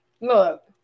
look